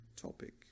topic